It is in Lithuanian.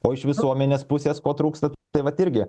o iš visuomenės pusės ko trūksta tai vat irgi